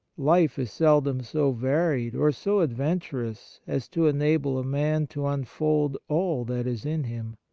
life is seldom so varied or so adventurous as to enable a man to unfold all that is in him.